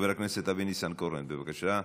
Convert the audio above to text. חבר הכנסת אבי ניסנקורן, בבקשה,